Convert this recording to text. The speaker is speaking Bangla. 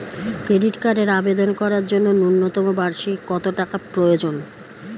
ক্রেডিট কার্ডের আবেদন করার জন্য ন্যূনতম বার্ষিক কত টাকা প্রয়োজন?